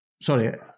sorry